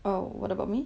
oh what about me